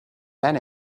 men